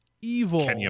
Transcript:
evil